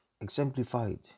exemplified